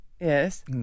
Yes